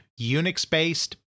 Unix-based